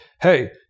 hey